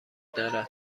دارد